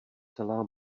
celá